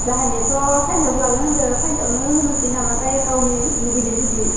जोंहानियाथ' साइन्साव लानो होनदों साइन्सावनो होनोसै नामाथाय गावनि लुगैनाय बायदि